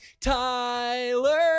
Tyler